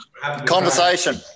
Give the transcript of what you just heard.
Conversation